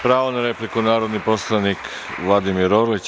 Pravo na repliku, narodni poslanik Vladimir Orlić.